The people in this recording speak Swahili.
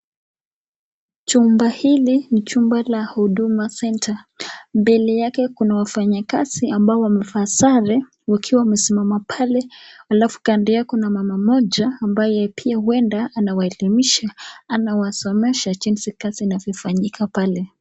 Chumba hili ni chumba la Huduma Center. Mbele yake kuna wanafanyakazi ambao wamevaa sare wakiwa wamesimama pale alafu kando yao kuna mama mmoja ambaye pia huenda anawaelimisha anawasomesha jinsi kazi inaenda pale.